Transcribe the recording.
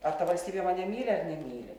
ar ta valstybė mane myli ar nemyli